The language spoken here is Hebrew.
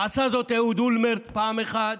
עשה זאת אהוד אולמרט פעם אחת,